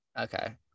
Okay